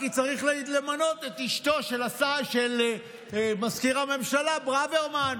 כי צריך למנות את אשתו של מזכיר הממשלה ברוורמן,